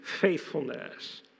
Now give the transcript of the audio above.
faithfulness